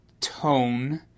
tone